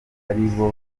aribo